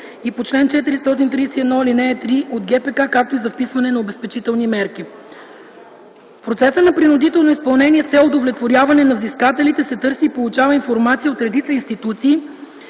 и по чл. 431, ал. 3 от ГПК, както и за вписване на обезпечителни мерки. В процеса на принудително изпълнение с цел удовлетворяване на взискателите се търси и получава информация от редица институции,